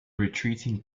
retreating